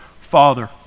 Father